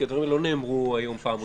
כי הדברים האלה לא נאמרו היום בפעם הראשונה,